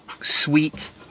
sweet